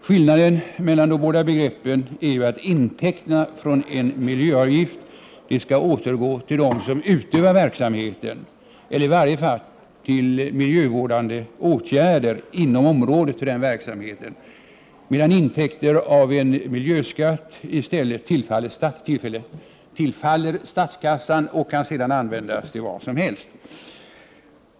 Skillnaden mellan de båda begreppen är ju att intäkterna från en miljöavgift skall återgå till dem som utövar verksamheten, eller i varje fall till miljövårdande åtgärder inom området för den verksamheten, medan intäkterna av en miljöskatt i stället tillfaller statskassan och sedan kan användas till vad som helst.